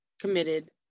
committed